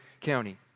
County